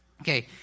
okay